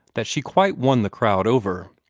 that she quite won the crowd over.